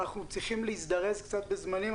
אנחנו צריכים להזדרז בזמנים.